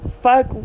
fuck